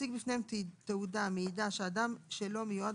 יציג בפניהם תעודה המעידה שהאדם שלו מיועד